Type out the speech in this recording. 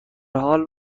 حال